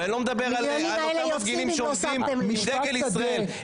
ואני לא מדבר על אותם מפגינים שאוחזים דגל ישראל,